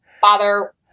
father